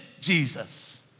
Jesus